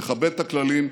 לכבד את הכללים.